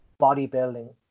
bodybuilding